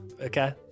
Okay